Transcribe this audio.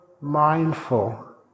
mindful